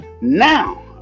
now